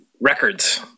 records